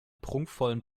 prunkvollen